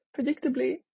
Predictably